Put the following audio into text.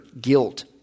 guilt